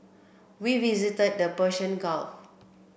we visited the Persian Gulf